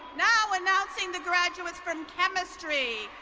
now announcing the graduates from chemistry.